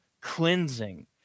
cleansing